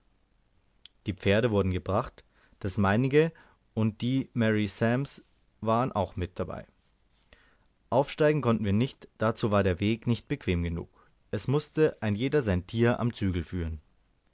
die pferde wurden gebracht das meinige und die mary sams waren auch mit dabei aufsteigen konnten wir nicht dazu war der weg nicht bequem genug es mußte ein jeder sein tier am zügel führen